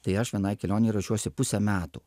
tai aš vienai kelionei ruošiuosi pusę metų